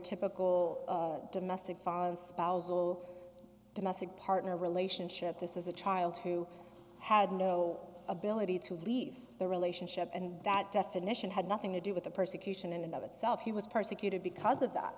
typical domestic father and spousal domestic partner relationship this is a child who had no ability to leave the relationship and that definition had nothing to do with the persecution in and of itself he was persecuted because of that